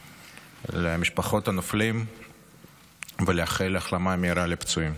למשפחות הנופלים ולאחל החלמה מהירה לפצועים.